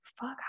fuck